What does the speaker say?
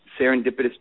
serendipitous